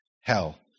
hell